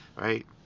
right